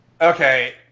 Okay